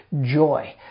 joy